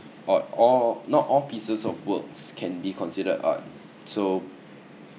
or or not all pieces of works can be considered art so